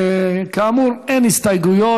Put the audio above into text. כאמור, אין הסתייגויות.